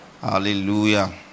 Hallelujah